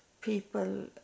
people